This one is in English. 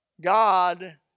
God